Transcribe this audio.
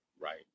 Right